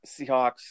Seahawks